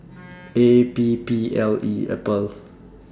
A P P L E Apple